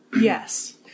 Yes